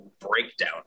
breakdown